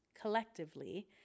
collectively